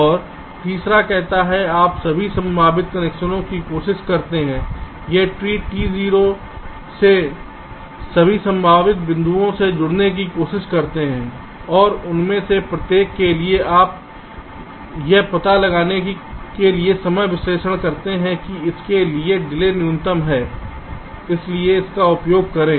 और तीसरा कहता है आप सभी संभावित कनेक्शनों की कोशिश करते हैं उस ट्री T0 में सभी संभावित बिंदुओं से जुड़ने की कोशिश करते हैं और इनमें से प्रत्येक के लिए आप यह पता लगाने के लिए समय विश्लेषण करते हैं कि किसके लिए डिले न्यूनतम है इसलिए इसका उपयोग करें